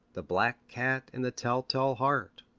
the black cat and the tell-tale heart.